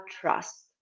trust